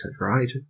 right